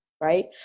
right